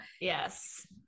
Yes